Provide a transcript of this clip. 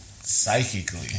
psychically